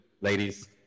ladies